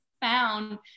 found